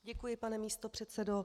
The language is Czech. Děkuji, pane místopředsedo.